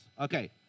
Okay